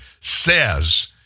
says